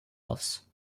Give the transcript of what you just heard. offs